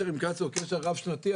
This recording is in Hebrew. הוא קשר רב שנתי,